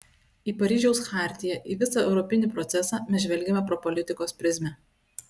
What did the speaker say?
į paryžiaus chartiją į visą europinį procesą mes žvelgiame pro politikos prizmę